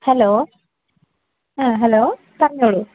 hello ആ hello പറഞ്ഞോളൂ